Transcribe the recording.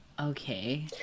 Okay